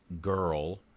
girl